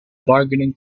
bargaining